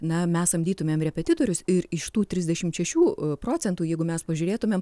na mes samdytumėm repetitorius ir iš tų trisdešimt šešių procentų jeigu mes pažiūrėtumėm